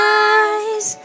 eyes